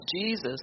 Jesus